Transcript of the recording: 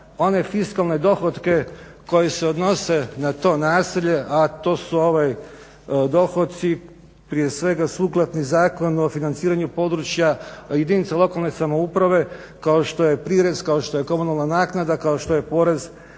one fiskalne dohotke koji se odnose na to naselje, a to su dohoci prije svega sukladni zakonu o financiranju područja jedinica lokalne samouprave kao što je prirez, kao što je komunalna naknada, kao što je porez